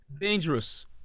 dangerous